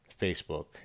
Facebook